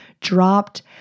dropped